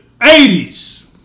80s